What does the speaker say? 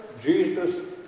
Jesus